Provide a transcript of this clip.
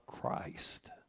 Christ